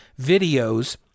videos